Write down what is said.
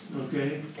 okay